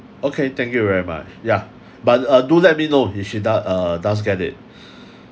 okay thank you very much yeah but uh do let me know if she does~ uh does get it